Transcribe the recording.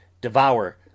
devour